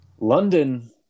london